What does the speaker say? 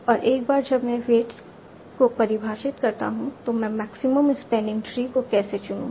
और एक बार जब मैं वेट्स को परिभाषित करता हूं तो मैं मैक्सिमम स्पैनिंग ट्री को कैसे चुनूं